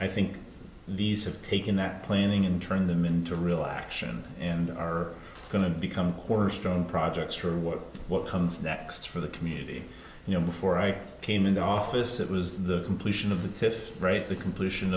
i think these are taking that planning and turn them into real action and are going to become a cornerstone projects for work what comes next for the community you know before i came into office it was the completion of the fifth rate the completion